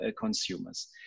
consumers